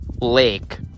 Lake